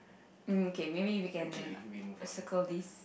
mm K maybe we can circle this